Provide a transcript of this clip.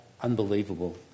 unbelievable